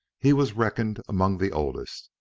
he was reckoned among the oldest.